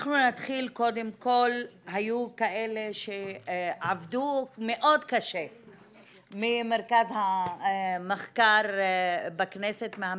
אנחנו נתחיל קודם כל היו כאלה שעבדו מאוד קשה ממרכז המחקר בכנסת.